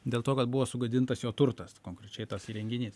dėl to kad buvo sugadintas jo turtas konkrečiai tas įrenginys